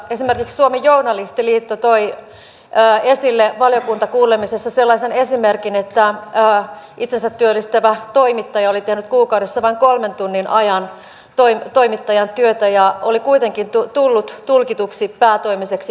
esimerkiksi suomen journalistiliitto toi esille valiokuntakuulemisessa sellaisen esimerkin että itsensä työllistävä toimittaja oli tehnyt kuukaudessa vain kolmen tunnin ajan toimittajan työtä ja oli kuitenkin tullut tulkituksi päätoimiseksi yrittäjäksi